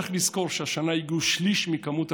צריך לזכור שהשנה הגיעו שליש ממספר